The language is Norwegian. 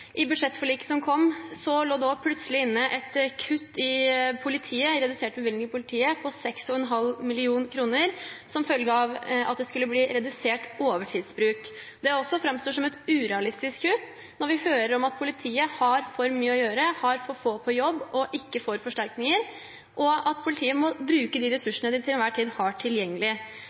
I budsjettforliket som kom, lå det også plutselig inne et kutt i bevilgningene til politiet på 6,5 mill. kr, som følge av at det skulle bli redusert overtidsbruk. Det framstår også som et urealistisk kutt når vi hører at politiet har for mye å gjøre, har for få på jobb og ikke får forsterkninger, og at politiet må bruke de ressursene de til enhver tid har tilgjengelig.